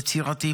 יצירתי,